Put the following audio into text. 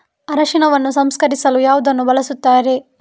ಅರಿಶಿನವನ್ನು ಸಂಸ್ಕರಿಸಲು ಯಾವುದನ್ನು ಬಳಸುತ್ತಾರೆ?